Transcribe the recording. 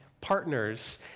partners